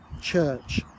church